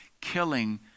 killing